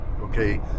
okay